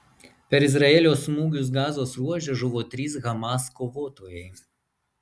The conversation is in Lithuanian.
per izraelio smūgius gazos ruože žuvo trys hamas kovotojai